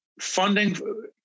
Funding